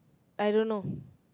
I don't know